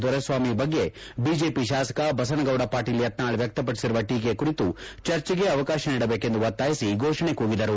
ದೊರೆಸ್ವಾಮಿ ಬಗ್ಗೆ ಬಿಜೆಪಿ ಶಾಸಕ ಬಸನಗೌಡ ಪಾಟೀಲ್ ಯತ್ನಾಳ್ ವ್ಯಕ್ತಪಡಿಸಿರುವ ಟೀಕೆ ಕುರಿತು ಚರ್ಚೆಗೆ ಅವಕಾಶ ನೀಡಬೇಕೆಂದು ಒತ್ತಾಯಿಸಿ ಘೋಷಣೆ ಕೂಗಿದರು